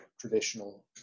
traditional